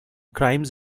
crimes